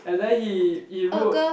and then he he wrote